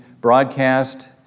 broadcast